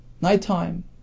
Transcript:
Nighttime